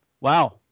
Wow